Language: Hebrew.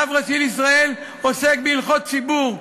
רב ראשי לישראל עוסק בהלכות ציבור.